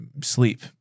sleep